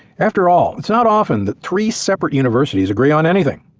after all, it's not often that three separate universities agree on anything.